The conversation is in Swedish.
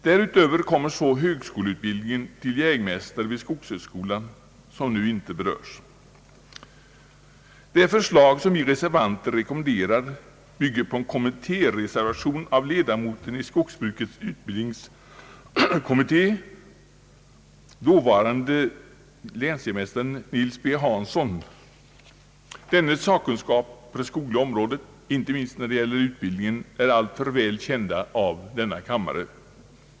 Därutöver kommer så högskoleutbildnigen till jägmästare vid skogshögskolan, som nu inte berörs. Det förslag som vi reservanter rekommenderar bygger på en kommitté reservation av ledamoten i skogsbrukets utbildningskommitté, dåvarande länsjägmästaren Nils B. Hansson. Dennes sakkunskap på det skogliga området, inte minst när det gäller utbildningen, är alltför väl känd av denna kammare.